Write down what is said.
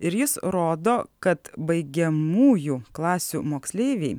ir jis rodo kad baigiamųjų klasių moksleiviai